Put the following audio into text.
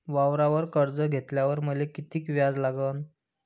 वावरावर कर्ज घेतल्यावर मले कितीक व्याज लागन?